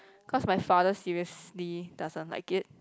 cause my father seriously doesn't like it